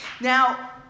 Now